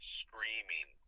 screaming